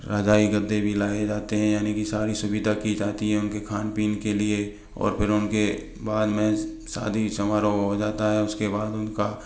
रज़ाई गद्दे भी लाए जाते हैं यानी कि सारी सुविधा की जाती है उन के खान पान के लिए और फिर उन के बाद में शादी समारोह हो जाता है उस के बाद उन का